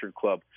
Club